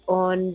on